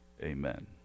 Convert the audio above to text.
Amen